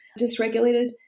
dysregulated